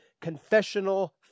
confessional